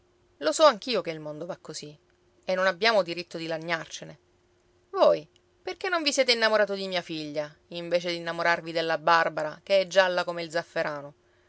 lo so anch'io che il mondo va così e non abbiamo diritto di lagnarcene voi perché non vi siete innamorato di mia figlia invece d'innamorarvi della barbara che è gialla come il zafferano